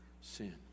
sin